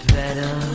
better